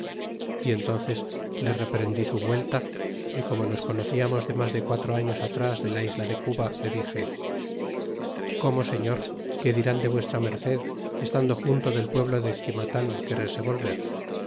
y entónces le reprendí su vuelta y como nos conociamos de mas de quatro años atras de la isla de cuba le dixe cómo señor que dirán de v merced estando junto del pueblo de cimatan quererse volver